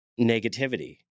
negativity